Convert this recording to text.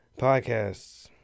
Podcasts